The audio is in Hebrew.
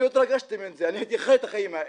אני לא התרגשתי מזה, אני הייתי חי את החיים האלה.